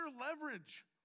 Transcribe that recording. leverage